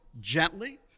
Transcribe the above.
gently